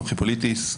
נוחי פוליטיס,